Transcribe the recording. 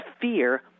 fear